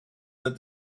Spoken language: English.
that